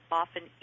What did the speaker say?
often